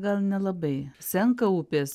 gal nelabai senka upės